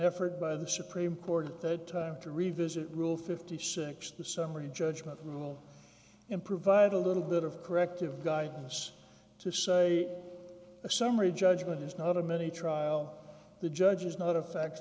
effort by the supreme court at that time to revisit rule fifty six the summary judgment rule and provide a little bit of corrective guidance to say a summary judgment is not a mini trial the judge is not a fact